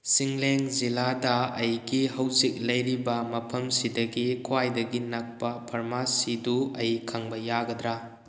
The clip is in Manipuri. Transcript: ꯆꯤꯡꯂꯦꯡ ꯖꯤꯂꯥꯗ ꯑꯩꯒꯤ ꯍꯧꯖꯤꯛ ꯂꯩꯔꯤꯕ ꯃꯐꯝꯁꯤꯗꯒꯤ ꯈ꯭ꯋꯥꯏꯗꯒꯤ ꯅꯛꯄ ꯐꯔꯃꯥꯁꯤꯗꯨ ꯑꯩ ꯈꯪꯕ ꯌꯥꯒꯗ꯭ꯔꯥ